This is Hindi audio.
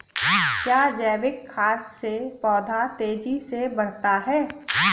क्या जैविक खाद से पौधा तेजी से बढ़ता है?